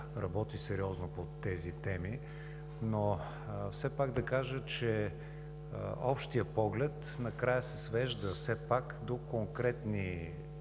работи сериозно по тези теми. Но все пак да кажа, че общият поглед накрая се свежда до конкретни